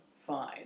fine